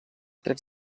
drets